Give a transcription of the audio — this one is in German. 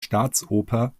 staatsoper